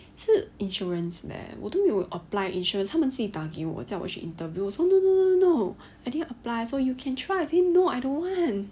是 insurance leh 我都没有 apply insurance 他们自己打给我叫我去 interview 我说 no no no I didn't apply so you can try I say no I don't want